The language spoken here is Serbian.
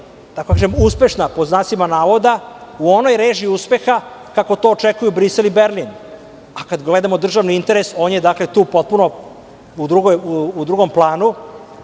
ta stvar je uspešna pod znacima navoda u onoj režiji uspeha kako to očekuju Brisel i Berlin. Kada gledamo državni interes on je tu u drugom planu,